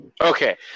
okay